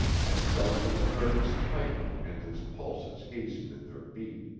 and felt his nerves tighten and his pulses hasten in their beat.